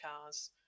cars